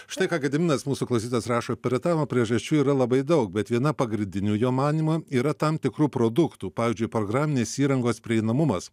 štai ką gediminas mūsų klausytojas rašo piratavimo priežasčių yra labai daug bet viena pagrindinių jo manymu yra tam tikrų produktų pavyzdžiui programinės įrangos prieinamumas